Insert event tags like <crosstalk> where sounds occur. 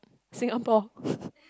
Singapore <laughs>